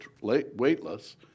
weightless